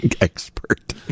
expert